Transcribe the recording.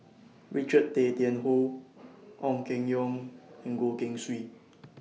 Richard Tay Tian Hoe Ong Keng Yong and Goh Keng Swee